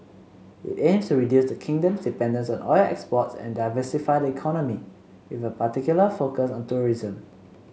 it aims to reduce the kingdom's dependence on oil exports and diversify the economy with a particular focus on tourism